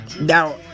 Now